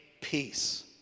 peace